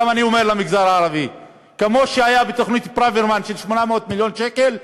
אני גם אומר למגזר הערבי: כמו שהיה בתוכנית ברוורמן של 800 מיליון שקל,